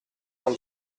cent